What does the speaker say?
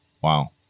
Wow